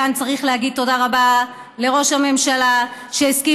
כאן צריך להגיד תודה רבה לראש הממשלה שהסכים